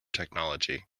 technology